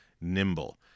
Nimble